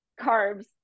carbs